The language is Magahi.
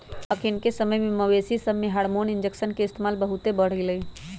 अखनिके समय में मवेशिय सभमें हार्मोन इंजेक्शन के इस्तेमाल बहुते बढ़ गेलइ ह